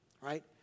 Right